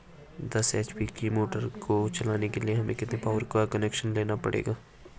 दस एच.पी की मोटर को चलाने के लिए हमें कितने पावर का कनेक्शन लेना पड़ेगा?